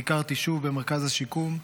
ביקרתי שוב במרכז השיקום.